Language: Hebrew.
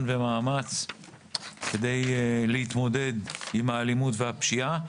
ומאמץ כדי להתמודד עם האלימות והפשיעה,